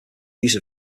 use